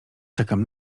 czekam